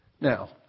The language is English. Now